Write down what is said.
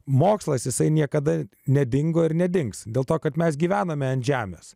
mokslas jisai niekada nedingo ir nedings dėl to kad mes gyvename ant žemės